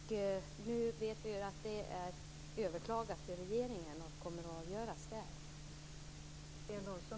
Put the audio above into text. Nu vet vi att detta är överklagat till regeringen och kommer att avgöras där.